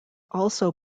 also